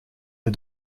des